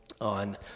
on